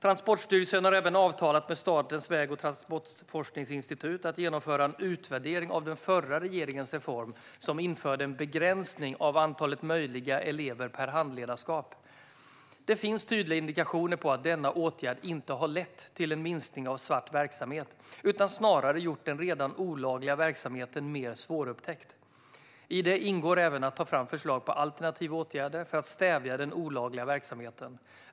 Transportstyrelsen har även avtalat med Statens väg och transportforskningsinstitut att genomföra en utvärdering av den förra regeringens reform, som införde en begränsning av antal möjliga elever per handledarskap. Det finns tydliga indikationer på att denna åtgärd inte har lett till en minskning av svart verksamhet utan snarare gjort den redan olagliga verksamheten mer svårupptäckt. I detta ingår även att ta fram förslag på alternativa åtgärder för att stävja den olagliga verksamheten.